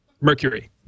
Mercury